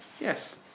Yes